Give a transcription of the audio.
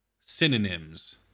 Synonyms